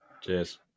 Cheers